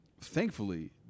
thankfully